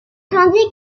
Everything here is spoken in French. tandis